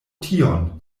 tion